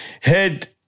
Head